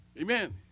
Amen